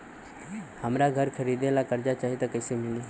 हमरा घर खरीदे ला कर्जा चाही त कैसे मिली?